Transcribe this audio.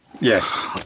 Yes